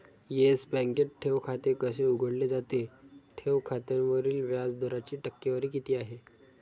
Yes बँकेत ठेव खाते कसे उघडले जाते? ठेव खात्यावरील व्याज दराची टक्केवारी किती आहे?